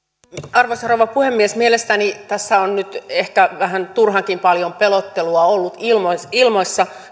arvoisa rouva puhemies mielestäni tässä on nyt ehkä vähän turhankin paljon pelottelua ollut ilmassa